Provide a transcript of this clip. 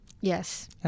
Yes